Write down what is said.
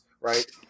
right